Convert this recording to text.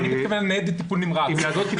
אני מתכוון לניידות טיפול נמרץ.